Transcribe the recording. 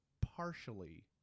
partially